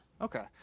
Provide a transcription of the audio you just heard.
Okay